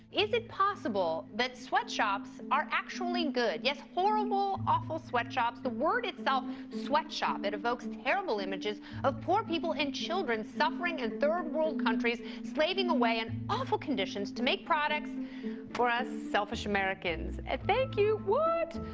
is it possible that sweatshops are actually good? yes, horrible, awful sweatshops. the word itself, sweatshop, it evokes terrible images of poor people and children suffering in third world countries, slaving away in awful conditions to make products for us selfish americans. and thank you. what?